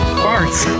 farts